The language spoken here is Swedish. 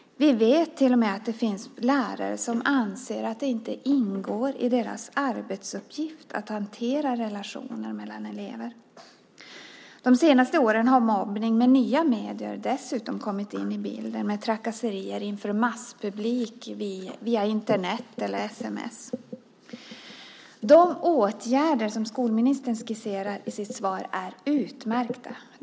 Vi vet att det till och med finns lärare som inte anser att det ingår i deras arbetsuppgifter att hantera relationer mellan elever. Under de senaste åren har dessutom mobbning med nya medel kommit in i bilden - mobbning genom trakasserier inför en masspublik via Internet eller sms. De åtgärder som skolministern skisserar i sitt svar är utmärkta.